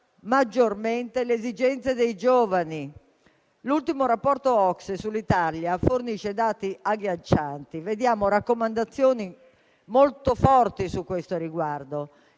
maggiormente presenti le esigenze dei giovani. L'ultimo rapporto OCSE sull'Italia fornisce dati agghiaccianti e vediamo raccomandazioni molto forti a tale riguardo: